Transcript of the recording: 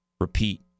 repeat